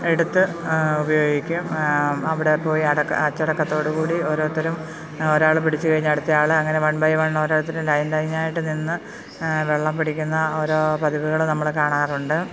എടുത്ത് ഉപയോഗിക്കും അവിടെ പോയി അച്ചടക്കത്തോടുകൂടി ഓരോരുത്തരും ഒരാള് പിടിച്ചുകഴിഞ്ഞ് അടുത്തയാള് അങ്ങനെ വൺ ബൈ വൺ ഓരോരുത്തരും ലൈൻ ലൈനായിട്ട് നിന്ന് വെള്ളം പിടിക്കുന്ന ഓരോ പതിവുകള് നമ്മള് കാണാറുണ്ട്